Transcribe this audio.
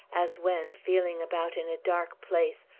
as when, feeling about in a dark place,